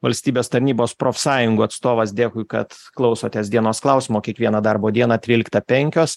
valstybės tarnybos profsąjungų atstovas dėkui kad klausotės dienos klausimo kiekvieną darbo dieną tryliktą penkios